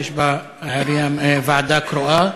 שיש בה ועדה קרואה.